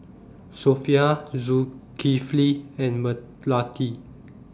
Sofea Zulkifli and Melati